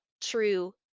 true